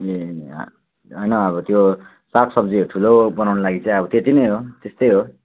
ए होइन अब त्यो सागसब्जीहरू ठुलो बनाउनुको लागि चाहिँ अब त्यति नै हो त्यस्तै हो